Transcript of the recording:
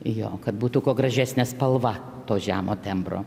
jo kad būtų kuo gražesnė spalva to žemo tembro